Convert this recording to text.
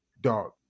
dog